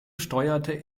steuerte